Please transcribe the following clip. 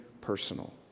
personal